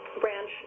branch